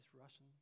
Russian